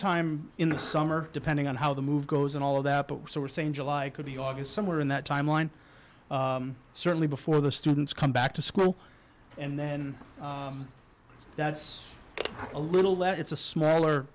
sometime in the summer depending on how the move goes and all of that so we're saying july could be august somewhere in that timeline certainly before the students come back to school and then that's a little that it's a smaller